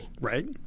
Right